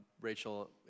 Rachel